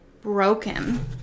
broken